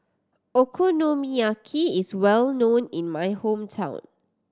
okonomiyaki is well known in my hometown